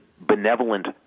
benevolent